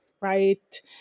right